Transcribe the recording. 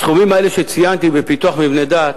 הסכומים האלה שציינתי בפיתוח מבני דת